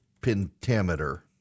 pentameter